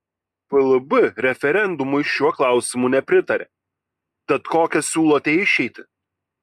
plb referendumui šiuo klausimu nepritarė tad kokią siūlote išeitį